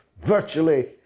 virtually